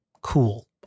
Cool